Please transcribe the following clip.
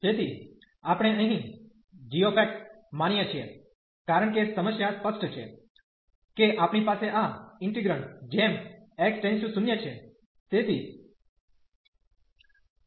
તેથી આપણે અહીં g માનીએ છીએ કારણ કે સમસ્યા સ્પષ્ટ છે કે આપણી પાસે આ ઈન્ટિગ્રેન્ડ જેમ x → 0 છે